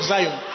Zion